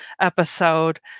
episode